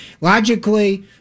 logically